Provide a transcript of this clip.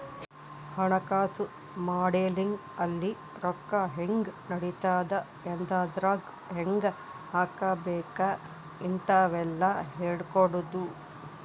ಹಣಕಾಸು ಮಾಡೆಲಿಂಗ್ ಅಲ್ಲಿ ರೊಕ್ಕ ಹೆಂಗ್ ನಡಿತದ ಎದ್ರಾಗ್ ಹೆಂಗ ಹಾಕಬೇಕ ಇಂತವೆಲ್ಲ ಹೇಳ್ಕೊಡೋದು